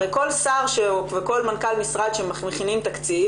הרי כל שר וכל מנכ"ל משרד שמכינים תקציב,